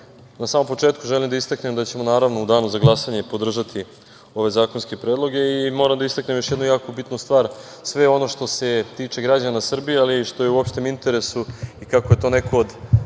na samom početku želim da istaknem da ćemo naravno u danu za glasanje podržati ove zakonske predloge i moram da istaknem još jednu jako bitnu stvar, sve ono što se tiče građana Srbije, ali što je i u opštem interesu i kako je to neko od